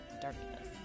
darkness